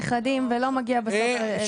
נכדים ולא מגיע בסוף אליהם.